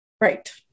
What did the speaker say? Right